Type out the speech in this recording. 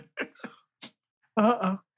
Uh-oh